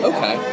Okay